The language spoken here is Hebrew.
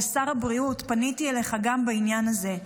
ושר הבריאות, פניתי אליך גם בעניין הזה,